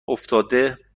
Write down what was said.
افتاده